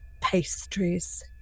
pastries